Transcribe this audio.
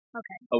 okay